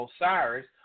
Osiris